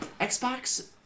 Xbox